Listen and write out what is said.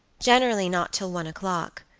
generally not till one o'clock,